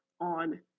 on